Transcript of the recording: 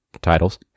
titles